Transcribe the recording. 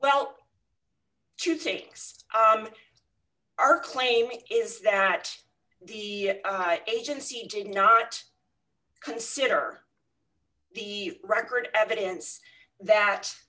well two things are claiming is that the agency did not consider the record evidence that